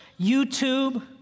YouTube